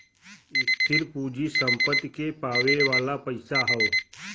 स्थिर पूँजी सम्पत्ति के पावे वाला पइसा हौ